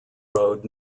road